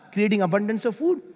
creating abundance of food?